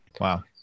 Wow